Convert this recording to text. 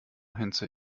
hinze